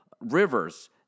rivers